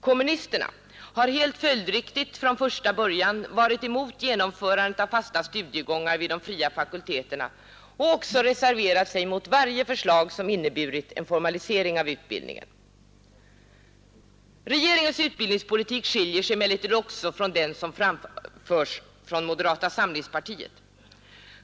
Kommunisterna har helt följdriktigt från första början varit emot genomförandet av fasta studiegångar vid de fria fakulteterna och även reserverat sig mot varje förslag som inneburit en formalisering av utbildningen. Regeringens utbildningspolitik skiljer sig emellertid också från den som framförs från moderata samlingspartiet.